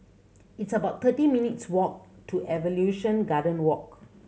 it's about thirty minutes' walk to Evolution Garden Walk